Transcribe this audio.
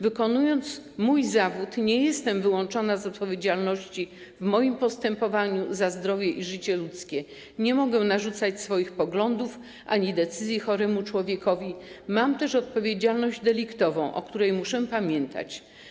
Wykonując mój zawód, nie jestem wyłączona z ponoszenia odpowiedzialności w moim postępowaniu za zdrowie i życie ludzkie, nie mogę narzucać swoich poglądów ani decyzji choremu człowiekowi, ponoszę też odpowiedzialność deliktową, o której muszę pamiętać.